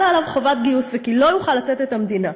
עליו חובת גיוס וכי לא יוכל לצאת את המדינה.